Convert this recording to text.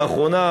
לאחרונה,